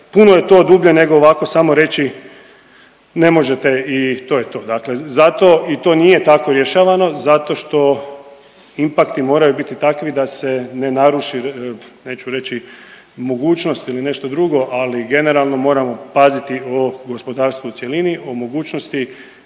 puno je to dublje nego ovako samo reći ne možete i to je to dakle zato i to nije tako rješavano zato što impakti moraju biti takvi da se ne naruši, neću reći mogućnost ili nešto drugo, ali generalno moramo paziti o gospodarstvu u cjelini, o mogućnosti